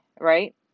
right